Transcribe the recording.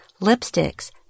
lipsticks